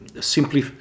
simply